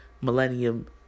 millennium